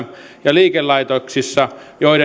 liikelaitoksissa